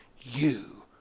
You